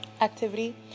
activity